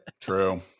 True